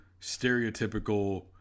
stereotypical